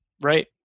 Right